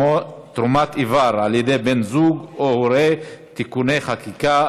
תרומת איבר על ידי בן זוג או הורה) (תיקוני חקיקה),